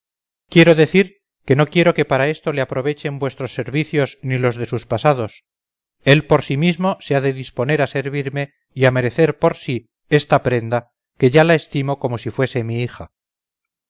quiero decir que no quiero que para esto le aprovechen vuestros servicios ni los de sus pasados él por sí mismo se ha de disponer a servirme y a merecer por sí esta prenda que ya la estimo como si fuese mi hija